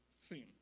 theme